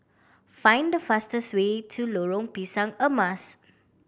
find the fastest way to Lorong Pisang Emas